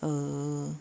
oh